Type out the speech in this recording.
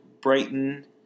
Brighton